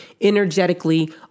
energetically